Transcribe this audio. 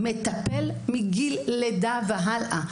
מטפל מגיל לידה והלאה,